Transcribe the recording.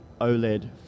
OLED